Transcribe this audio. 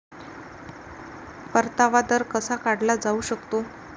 परतावा दर कसा काढला जाऊ शकतो?